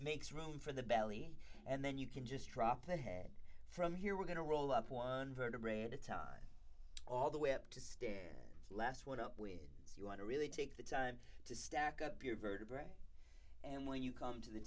makes room for the belly and then you can just drop the head from here we're going to roll up one vertebrae at a time all the way up to stare less one up with as you want to really take the time to stack up your vertebrae and when you come to the